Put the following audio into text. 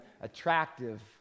attractive